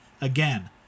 again